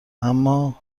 اما